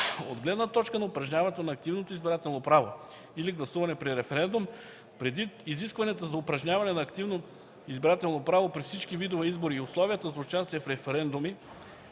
От гледна точка на упражняването на активно избирателно право или гласуване при референдум, предвид изискванията за упражняване на активно избирателно право при всички видове избори и условията за участие в референдуми